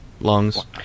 lungs